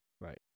Right